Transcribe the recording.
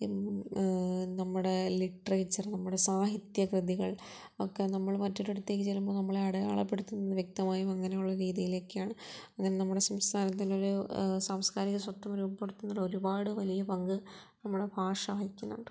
നമ്മുടെ ലിറ്ററേച്ചർ നമ്മുടെ സാഹിത്യ കൃതികൾ ഒക്കെ നമ്മൾ മറ്റൊരിടത്തേക്ക് ചെല്ലുമ്പോൾ നമ്മളെ അടയാളപ്പെടുന്നത് വ്യക്തമായും അങ്ങനെ ഉള്ള രീതിയിലേക്കാണ് അങ്ങനെ നമ്മുടെ സംസ്ഥാനത്തിൻ്റെ ഒരു സാംസ്കാരിക സ്വത്തം രൂപപ്പെടുത്തുന്നതിൽ ഒരുപാട് വലിയ പങ്ക് നമ്മുടെ ഭാഷ വഹിക്കുന്നുണ്ട്